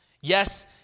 Yes